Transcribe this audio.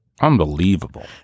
Unbelievable